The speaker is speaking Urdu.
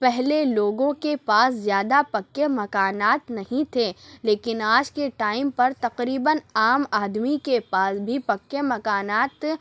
پہلے لوگوں کے پاس زیادہ پکے مکانات نہیں تھے لیکن آج کے ٹائم پر تقریباً عام آدمی کے پاس بھی پکے مکانات